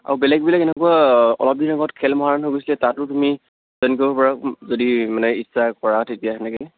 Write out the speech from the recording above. আৰু বেলেগ বেলেগ এনেকুৱা অলপদিন আগত খেল মহাৰণ হৈ গৈছিলে তাতো তুমি জইন কৰিব পাৰা যদি মানে ইচ্ছা কৰা তেতিয়া সেনেকৈ